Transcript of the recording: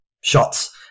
shots